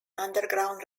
underground